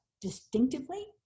distinctively